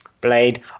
Blade